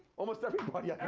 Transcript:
almost everybody. yeah